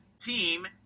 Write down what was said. team